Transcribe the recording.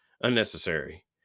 unnecessary